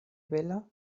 bela